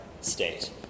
state